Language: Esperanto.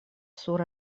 sur